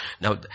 now